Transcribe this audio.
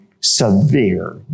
severe